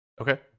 Okay